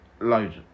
loads